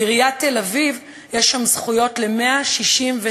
לעיריית תל-אביב יש שם זכויות ל-166